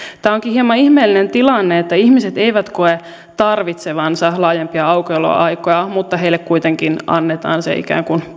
tämä onkin hieman ihmeellinen tilanne ihmiset eivät koe tarvitsevansa laajempia aukioloaikoja mutta heille kuitenkin annetaan se ikään kuin